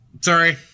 sorry